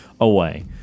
away